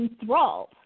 enthralled